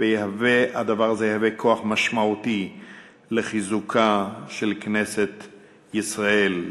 והדבר הזה יהווה כוח משמעותי לחיזוקה של כנסת ישראל,